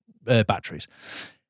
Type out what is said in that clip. Batteries